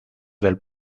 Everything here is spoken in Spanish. del